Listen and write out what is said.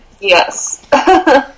Yes